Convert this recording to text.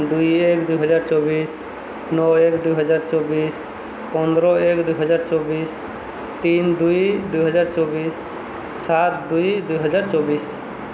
ଦୁଇ ଏକ ଦୁଇହଜାର ଚବିଶ ନଅ ଏକ ଦୁଇହଜାର ଚବିଶ ପନ୍ଦର ଏକ ଦୁଇହଜାର ଚବିଶ ତିନି ଦୁଇ ଦୁଇହଜାର ଚବିଶ ସାତ ଦୁଇ ଦୁଇହଜାର ଚବିଶ